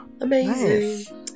amazing